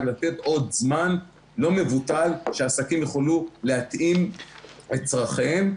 לתת עוד זמן לא מבוטל שהעסקים יוכלו להתאים את צרכיהם.